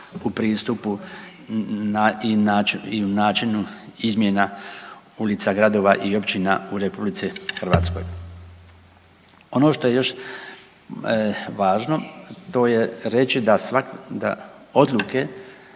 u pristupu i u načinu izmjena ulica, gradova i općina u RH. Ono što je još važno to je reći da odluke